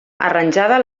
arranjada